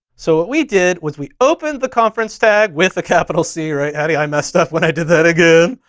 so what we did was we opened the conference tag with a capital c right hattie? i messed up when i did that again?